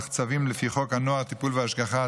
צווים לפי חוק הנוער (טיפול והשגחה),